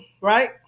right